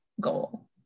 goal